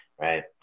Right